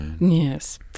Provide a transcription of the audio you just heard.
Yes